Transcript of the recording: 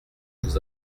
vous